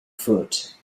foot